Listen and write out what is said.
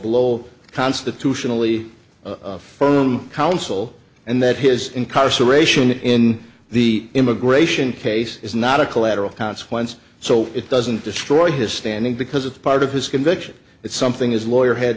all constitutionally foam counsel and that his incarceration in the immigration case is not a collateral consequences so it doesn't destroy his standing because it's part of his conviction it's something his lawyer had